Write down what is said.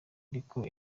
ariko